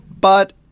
But-